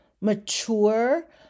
mature